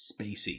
spacey